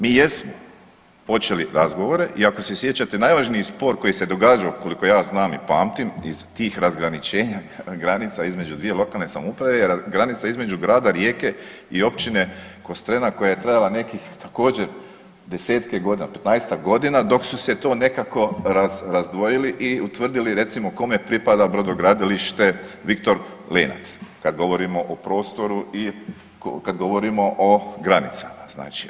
Mi jesmo počeli razgovore i ako se sjećate, najvažniji spor koji se događao, koliko ja znam i pamtim, iz tih razgraničenja granica između dvije lokalne samouprave jer granica između grada Rijeke i općine Kostrena koja je trajala nekih također desetke godine, 15-tak godina, dok su se to nekako razdvojili i utvrdili recimo, kome pripada brodogradilište Viktor Lenac, kad govorimo o prostoru i kad govorimo o granicama, znači.